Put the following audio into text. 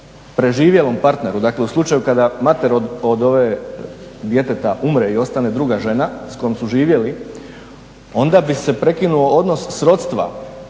preživjelom partneru, dakle u slučaju kada mater od djeteta umre i ostane druga žena s kojom su živjeli onda bi se prekinuo odnos srodstva